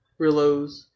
Rillos